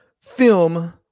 film